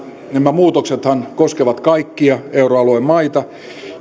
nämä muutoksethan koskevat kaikkia euroalueen maita